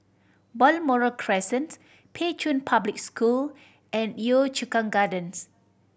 Balmoral Crescent Pei Chun Public School and Yio Chu Kang Gardens